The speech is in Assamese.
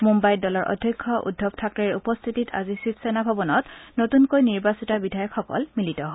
মুঘাইত দলৰ অধ্যক্ষ উদ্ধৱ থাকৰেৰ উপস্থিতিত আজি শিৱসেনা ভৱনত নতুনকৈ নিৰ্বাচিত বিধায়কসকল মিলিত হয়